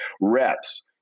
reps